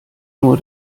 nur